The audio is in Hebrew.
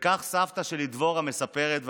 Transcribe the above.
וכך סבתא שלי, דבורה, מספרת: